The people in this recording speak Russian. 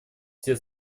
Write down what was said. все